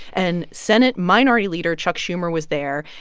and senate minority leader chuck schumer was there,